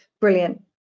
Brilliant